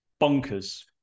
Bonkers